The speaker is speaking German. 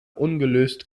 ungelöst